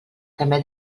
també